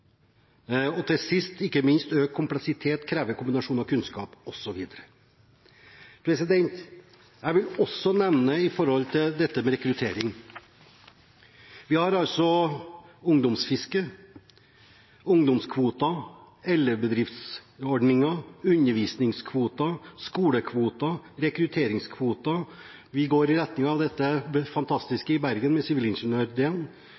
Og sist, men ikke minst: Økt kompleksitet krever kombinasjon av kunnskap. Jeg vil også nevne dette med rekruttering. Vi har altså ungdomsfiske, ungdomskvoter, elevbedriftsordninger, undervisningskvoter, skolekvoter, rekrutteringskvoter, og vi går i retning av dette